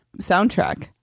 soundtrack